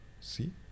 See